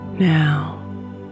Now